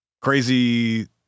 crazy